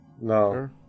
No